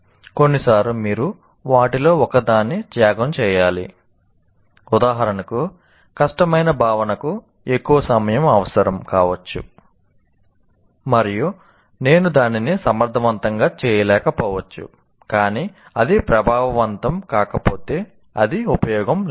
కొన్నిసార్లు మీరు వాటిలో ఒకదాన్ని త్యాగం చేయాలి ఉదాహరణకు కష్టమైన భావనకు ఎక్కువ సమయం అవసరం కావచ్చు మరియు నేను దానిని సమర్థవంతంగా చేయలేకపోవచ్చు కానీ అది ప్రభావవంతం కాకపోతే అది ఉపయోగం లేదు